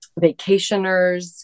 vacationers